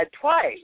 twice